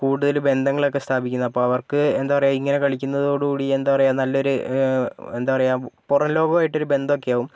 കൂടുതൽ ബന്ധങ്ങളൊക്കെ സ്ഥാപിക്കുന്നത് അപ്പോൾ അവർക്ക് എന്താ പറയാ ഇങ്ങിനെ കളിക്കുന്നതോടു കൂടി എന്താ പറയാ നല്ലൊരു എന്താ പറയാ പുറം ലോകവുമായിട്ടൊരു ബന്ധോക്കെയാകും